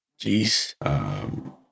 Jeez